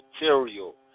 material